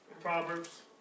Proverbs